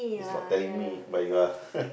it's not telling me but you are